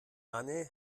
anne